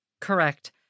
Correct